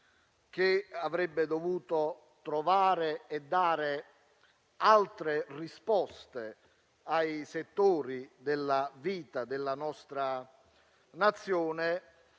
esame avrebbe dovuto trovare e dare altre risposte ai settori della vita della nostra Nazione,